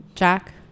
Jack